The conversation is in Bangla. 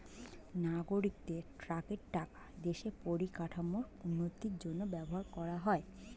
নাগরিকদের ট্যাক্সের টাকা দেশের পরিকাঠামোর উন্নতির জন্য ব্যবহার করা হয়